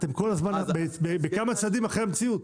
אתם כל הזמן כמה צעדים אחרי המציאות.